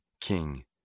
king